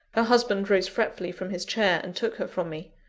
her husband rose fretfully from his chair, and took her from me.